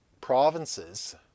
provinces